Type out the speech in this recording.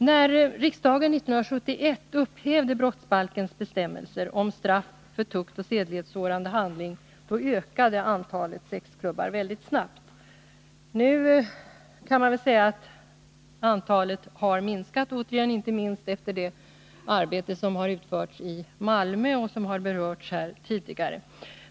När riksdagen 1971 upphävde brottsbalkens bestämmelser om straff för tuktoch sedlighetssårande handling ökade antalet sexklubbar väldigt snabbt. Nu kan man väl säga att antalet återigen har minskat, inte minst efter det arbete som har utförts i Malmö och som har berörts här tidigare.